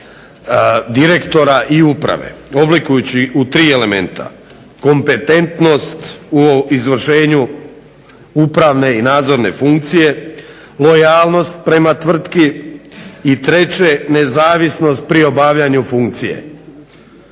direktora i uprava oblikujući ih u tri elementa: kompetentnost u izvršenju upravne i nadzorne funkcije, lojalnost prema tvrtki i treće, nezavisnost pri obavljanju funkcije.